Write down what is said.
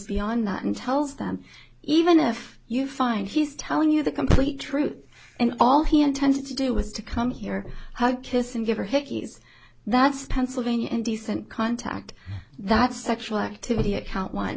beyond that and tells them even if you find he's telling you the complete truth and all he intended to do was to come here hug kiss and give her hickeys that's pennsylvania and decent contact that sexual activity account one